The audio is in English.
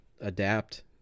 adapt